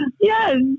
Yes